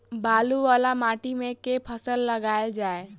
बालू वला माटि मे केँ फसल लगाएल जाए?